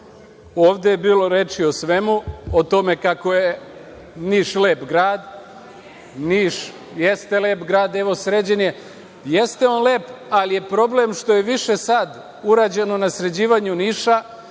Ovde je bilo reči o svemu, o tome kako je Niš lep grad. Niš jeste lep grad, evo, sređen je, jeste on lep, ali je problem što je više sad urađeno na sređivanju Niša